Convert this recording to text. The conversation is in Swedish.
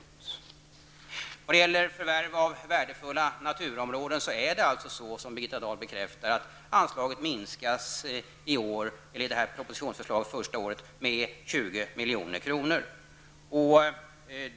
Just när det gäller frågan om förvärv av värdefulla naturområden förhåller det sig så, vilket Birgitta Dahl bekräftade, att anslaget enligt propositionsförslaget under det första året minskas med 20 milj.kr.